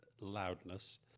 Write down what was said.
loudness